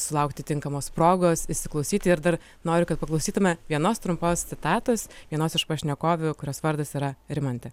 sulaukti tinkamos progos įsiklausyti ir dar noriu kad paklausytume vienos trumpos citatos vienos iš pašnekovių kurios vardas yra rimantė